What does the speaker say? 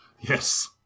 yes